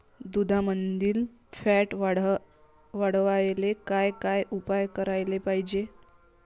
दुधामंदील फॅट वाढवायले काय काय उपाय करायले पाहिजे?